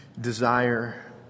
desire